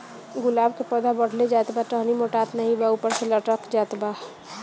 गुलाब क पौधा बढ़ले जात बा टहनी मोटात नाहीं बा ऊपर से लटक जात बा?